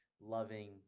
loving